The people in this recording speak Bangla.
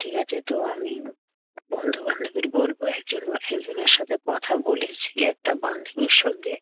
ঠিক আছে তো আমি বন্ধু বান্ধবীর বলবো একজন একজনের সাথে কথা বলে সে একটা বান্ধবীর সঙ্গে